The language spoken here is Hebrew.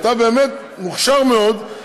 אתה באמת מוכשר מאוד,